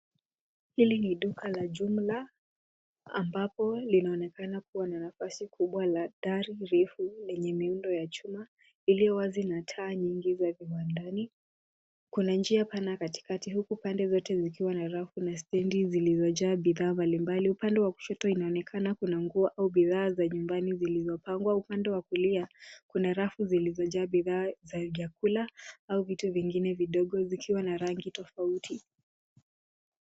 Hili ni duka la jumla ambapo linaonekana kuwa na nafasi kubwa la dari refu, lenye miundo ya chuma iliyowazi na taa nyingi za viwandani. Kuna njia pana katikati, huku pande zote zikiwa na rafu na stendi zilizojaa bidhaa mbalimbali. Upande wa kushoto inaonekana kuna nguo au bidhaa za nyumbani zilizopangwa. Upande wa kulia kuna rafu zilizojaa bidhaa, za vyakula au vitu vingine vidogo zikiwa na rangi tofauti.